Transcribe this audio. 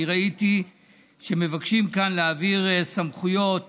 אני ראיתי שמבקשים כאן להעביר סמכויות